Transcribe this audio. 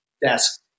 desk